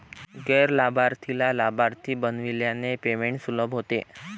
गैर लाभार्थीला लाभार्थी बनविल्याने पेमेंट सुलभ होते